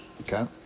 Okay